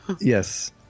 yes